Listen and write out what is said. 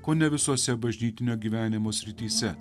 kone visose bažnytinio gyvenimo srityse